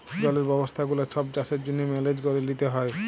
জলের ব্যবস্থা গুলা ছব চাষের জ্যনহে মেলেজ ক্যরে লিতে হ্যয়